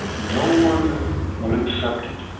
no one would accept it.